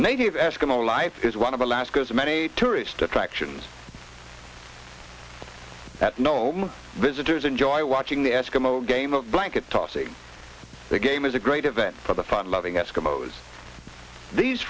native eskimo life is one of alaska's many tourist attractions that no visitors enjoy watching the eskimo game of blanket tossing the game is a great event for the fun loving eskimos these